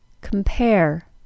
compare